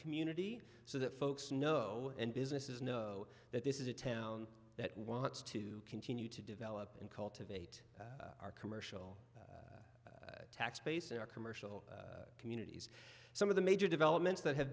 community so that folks know and businesses know that this is a town that wants to continue to develop and cultivate our commercial tax base in our commercial communities some of the major developments that ha